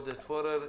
עודד פורר,